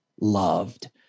loved